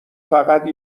فقط